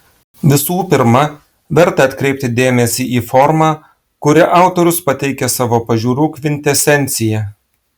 visų pirma verta atkreipti dėmesį į formą kuria autorius pateikia savo pažiūrų kvintesenciją